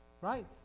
Right